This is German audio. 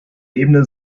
ebene